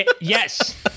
Yes